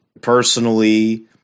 Personally